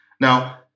Now